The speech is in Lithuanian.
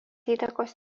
įtakos